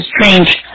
strange